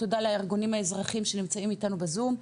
תודה לארגונים האזרחיים שנמצאים איתנו בזום,